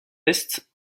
est